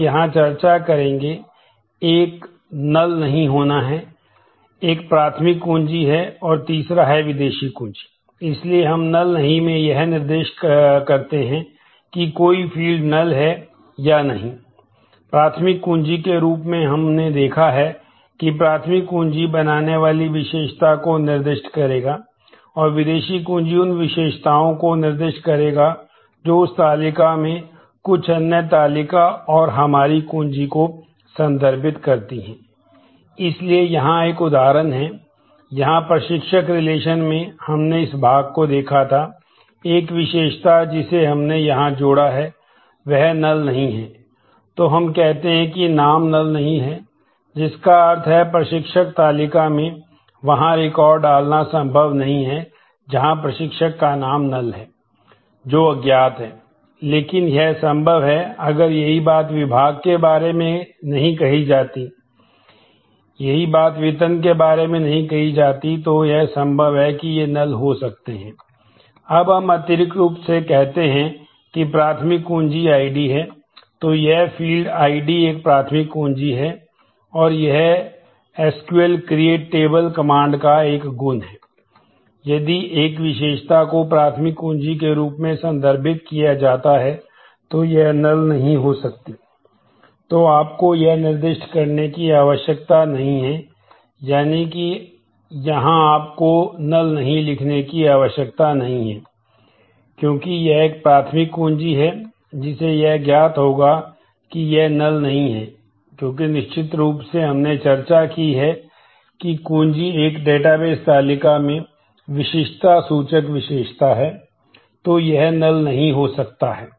अब हम अतिरिक्त रूप से कहते हैं कि प्राथमिक कुंजी आईडी नहीं हो सकता है